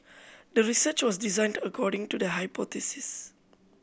the research was designed according to the hypothesis